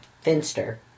Finster